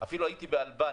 אפילו הייתי באלבניה,